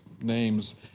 names